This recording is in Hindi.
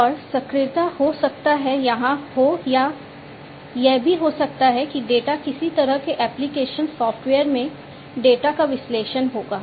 और सक्रियता हो सकता है यहां हो या यह भी हो सकता है कि डेटा किसी तरह के एप्लिकेशन सॉफ़्टवेयर में डेटा का विश्लेषण होगा